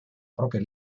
propria